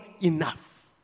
enough